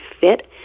fit